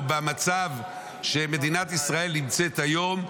במצב שבו מדינת ישראל נמצאת היום,